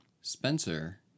Spencer